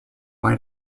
might